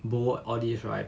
bowl olive right